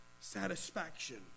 Satisfaction